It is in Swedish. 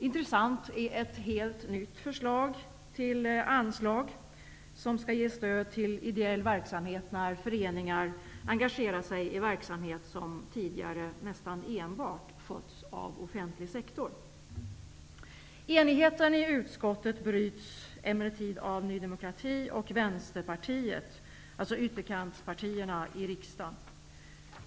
Intressant är ett helt nytt förslag till anslag, som skall ge stöd till ideell verksamhet när föreningar angagerar sig i verksamhet som tidigare nästan enbart har skötts av offentlig sektor. Enigheten i utskottet bröts emellertid av Ny demokrati och Vänsterpartiet, alltså ytterkantspartierna i riksdagen.